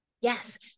Yes